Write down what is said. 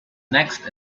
next